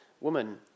Woman